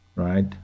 right